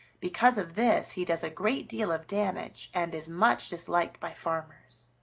because of this he does a great deal of damage and is much disliked by farmers.